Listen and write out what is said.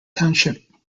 township